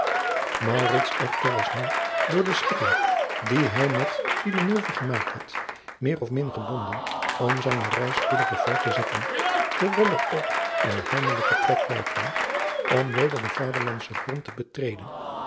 echter was nu door de schikking die hij met villeneuve gemaakt had meer of min gebonden om zijne reis spoediger voort te zetten terwijl er ook een heimelijke trek bijkwam om weder den vaderlandschen grond te betreden